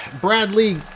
Bradley